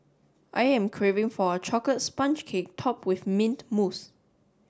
I am craving for a chocolate sponge cake topped with mint mousse